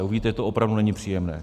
Uvidíte, že to opravdu není příjemné.